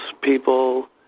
people